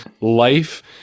life